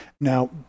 now